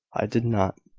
i did not,